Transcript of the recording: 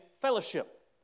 fellowship